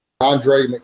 Andre